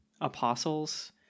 Apostles